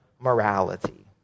morality